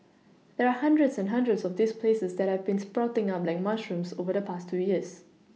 there are hundreds and hundreds of these places that have been sprouting up like mushrooms over the past two years